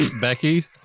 Becky